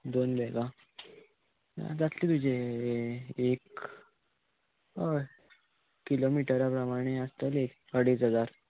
दोन बॅगां जातले तुजें एक हय किलोमिटरा प्रमाणे आसतलें अडेज हजार